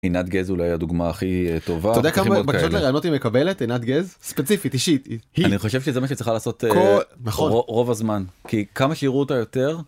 עינת גז אולי הדוגמא הכי טובה, אתה יודע כמה ראיונות היא מקבלת, עינת גז, ספציפית, אישית? אני חושב שזה מה שצריך לעשות רוב הזמן כי כמה שייראו אותה יותר.